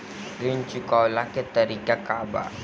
ऋण चुकव्ला के तरीका का बा?